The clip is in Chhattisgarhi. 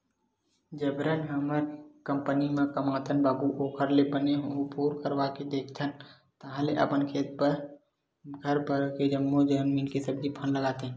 जबरन हमन कंपनी म कमाथन बाबू ओखर ले बने बोर करवाके देखथन ताहले अपने खेत म घर भर के जम्मो झन मिलके सब्जी पान लगातेन